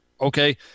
okay